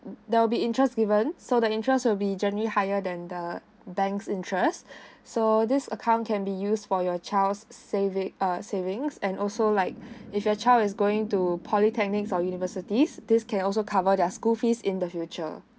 there will be interest given so the interest will be generally higher than the bank's interest so this account can be used for your child's saving uh savings and also like if your child is going to polytechnics or universities this can also cover their school fees in the future